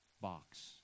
box